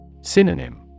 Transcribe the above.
Synonym